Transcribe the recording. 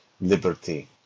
liberty